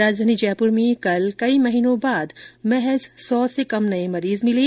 राजधानी जयपुर में कल कई महीनों बाद सौ से कम नए मरीज मिले हैं